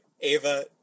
Ava